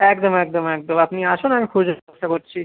একদম একদম একদম আপনি আসুন আমি খোঁজার চেষ্টা করছি